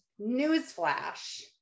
newsflash